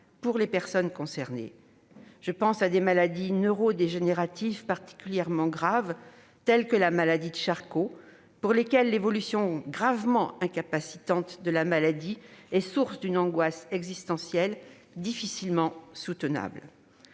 pour les personnes concernées. Je pense à des maladies neurodégénératives particulièrement graves, telles que la maladie de Charcot, pour lesquelles l'évolution gravement incapacitante de la maladie est la source d'une angoisse existentielle difficilement soutenable.